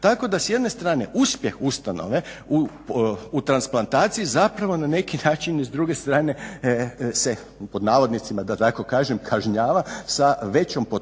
Tako da s jedne strane uspjeh ustanove u transplantaciji zapravo na neki način i s druge strane se pod navodnicima da tako kažem kažnjava sa većom potrošnjom